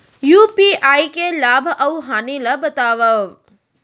UPI के लाभ अऊ हानि ला बतावव